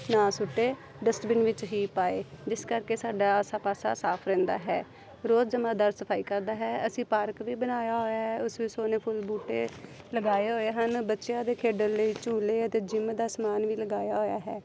ਨਾ ਸੁੱਟੇ ਡਸਟਬਿਨ ਵਿੱਚ ਹੀ ਪਾਏ ਜਿਸ ਕਰਕੇ ਸਾਡਾ ਆਸਾ ਪਾਸਾ ਸਾਫ਼ ਰਹਿੰਦਾ ਹੈ ਰੋਜ਼ ਜਮਾਂਦਾਰ ਸਫਾਈ ਕਰਦਾ ਹੈ ਅਸੀਂ ਪਾਰਕ ਵੀ ਬਣਾਇਆ ਹੋਇਆ ਹੈ ਉਸ ਵਿੱਚ ਸੋਹਣੇ ਫੁੱਲ ਬੂਟੇ ਲਗਾਏ ਹੋਏ ਹਨ ਬੱਚਿਆਂ ਦੇ ਖੇਡਣ ਲਈ ਝੂਲੇ ਅਤੇ ਜਿੰਮ ਦਾ ਸਮਾਨ ਵੀ ਲਗਾਇਆ ਹੋਇਆ ਹੈ